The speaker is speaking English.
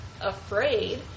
afraid